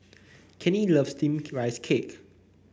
Kenny loves steamed Rice Cake